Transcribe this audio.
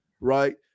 right